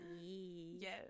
Yes